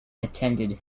attended